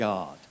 God